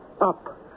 up